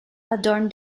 adorn